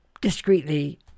discreetly